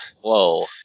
Whoa